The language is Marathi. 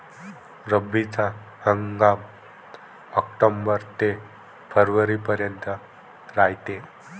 रब्बीचा हंगाम आक्टोबर ते फरवरीपर्यंत रायते